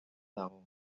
dago